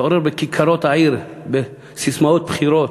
התעורר בכיכרות העיר, בססמאות בחירות,